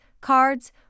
cards